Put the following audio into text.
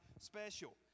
special